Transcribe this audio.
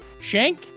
Shank